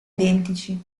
identici